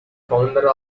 founder